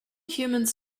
humans